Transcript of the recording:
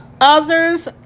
others